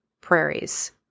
prairies